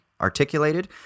articulated